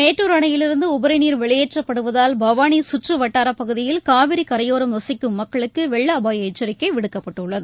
மேட்டூர் அணையிலிருந்து உபரி நீர் வெளியேற்றப்படுவதால் பவானி சுற்றுவட்டாரப் பகுதியில் காவிரி கரையோரம் வசிக்கும் மக்களுக்கு வெள்ள அபாய எச்சரிக்கை விடுக்கப்பட்டுள்ளது